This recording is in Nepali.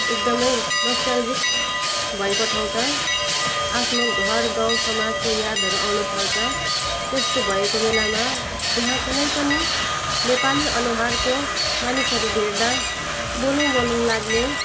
एकदमै नोस्टाल्जिक भइपठाउँछ आफ्नो घर गाउँसमाजको यादहरू आउनथाल्छ त्यस्तो भएको बेलामा त्यहाँ कुनै पनि नेपाली अनुहारको मानिसहरू भेट्दा बोलुँ बोलुँ लाग्ने